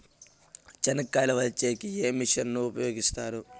చెనక్కాయలు వలచే కి ఏ మిషన్ ను ఉపయోగిస్తారు?